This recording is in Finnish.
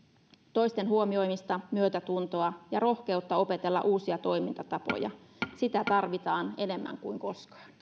toisten huomioimista myötätuntoa ja rohkeutta opetella uusia toimintatapoja tarvitaan enemmän kuin koskaan